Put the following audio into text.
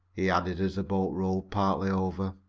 he added as the boat rolled partly over.